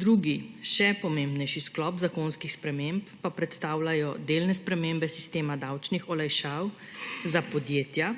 Drugi, še pomembnejši sklop zakonskih sprememb pa predstavljajo delne spremembe sistema davčnih olajšav za podjetja,